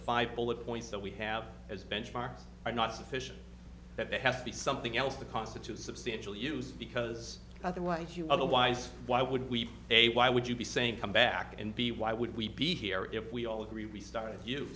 five bullet points that we have as benchmarks are not sufficient that they have to be something else to constitute substantial use because otherwise you otherwise why would we a why would you be saying come back and b why would we be here if we all agree we started you